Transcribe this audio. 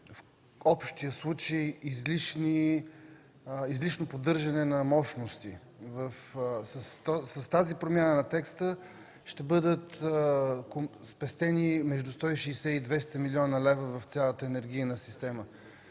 общия случай излишно поддържане на мощности. С тази промяна на текста ще бъдат спестени между 160 и 200 млн. лв. в цялата енергийна система.